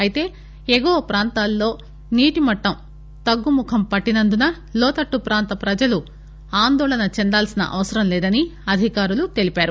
అయితే ఎగువ ప్రాంతాల్లో నీటిమట్టం తగ్గుముఖం పట్టినందున లోతట్టు ప్రాంత ప్రజలు ఆందోళన చెందాల్పిన అవసరం లేదని అధికారులు తెలిపారు